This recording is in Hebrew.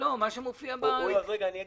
מה שמופיע ב --- אני אגיד.